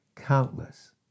Countless